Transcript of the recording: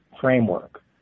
framework